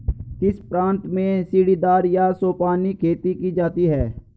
किस प्रांत में सीढ़ीदार या सोपानी खेती की जाती है?